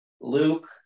Luke